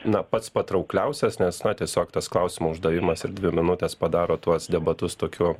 na pats patraukliausias nes na tiesiog tas klausimo uždavimas ir dvi minutės padaro tuos debatus tokiu